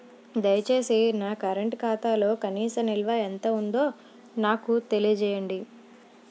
దయచేసి నా కరెంట్ ఖాతాలో కనీస నిల్వ ఎంత ఉందో నాకు తెలియజేయండి